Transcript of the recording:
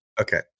Okay